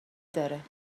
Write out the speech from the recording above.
داره